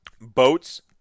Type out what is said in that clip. boats